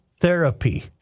therapy